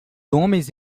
homens